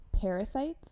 parasites